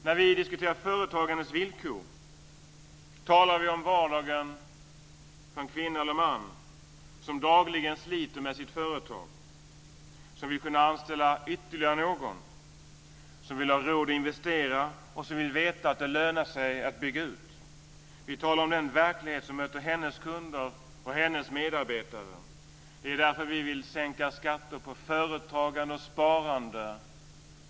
När vi diskuterar företagandets villkor talar vi om vardagen för en kvinna eller man som dagligen sliter med sitt företag, som vill kunna anställa ytterligare någon, som vill ha råd att investera och som vill veta att det lönar sig att bygga ut. Vi talar om den verklighet som möter hennes kunder och hennes medarbetare. Det är därför vi vill sänka skatten på företagande och sparande.